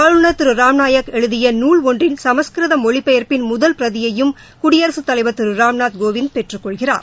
ஆளுநர் திரு ராம்நாயக் எழுதிய நூல் ஒன்றின் சமஸ்கிருத மொழிப்பெயர்ப்பின் முதல் பிரதியையும் குடியரகத் தலைவர் திரு ராம்நாத் கோவிந்த் பெற்றுக்கொள்கிறார்